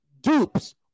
dupes